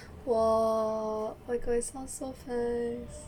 !wah! that sounds so fun